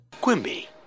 Quimby